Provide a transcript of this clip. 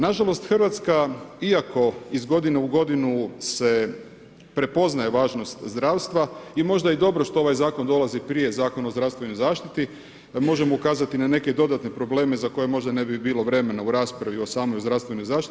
Nažalost Hrvatska, iako iz godine u godinu se prepoznaje važnost zdravstva i možda i dobro što ovaj zakon dolazi prije Zakona o zdravstvenoj zaštiti, možemo ukazati na neke dodatne probleme za koje možda ne bi bilo vremena u raspravi o samoj zdravstvenoj zaštiti.